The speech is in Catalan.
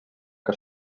que